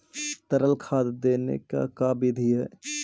तरल खाद देने के का बिधि है?